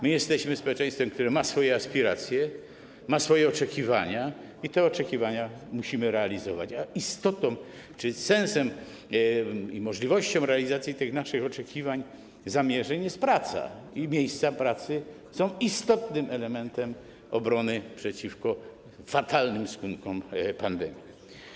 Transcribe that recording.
My jesteśmy społeczeństwem, które ma swoje aspiracje, ma swoje oczekiwania i te oczekiwania musimy realizować, a istotą, czyli sensem i możliwością realizacji tych naszych oczekiwań, zamierzeń jest praca i miejsca pracy są istotnym elementem obrony przeciwko fatalnym skutkom pandemii.